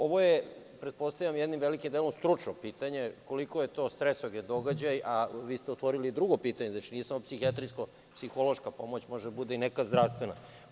Ovo je pretpostavljam jednim velikim delom stručno pitanje koliko je to stresogen događaj, a vi ste otvorili drugo pitanje, znači nije samo psihijatrijsko-psihološka pomoć može da bude i neka zdravstvena.